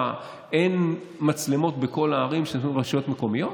מה, אין מצלמות בכל הערים, ששמות רשויות מקומיות?